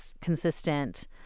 consistent